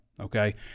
okay